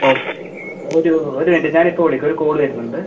ഒരു മിനിറ്റ് ഞാൻ ഇപ്പോൾ വിളിക്കാം ഒരു കോള് വരുന്നുണ്ട്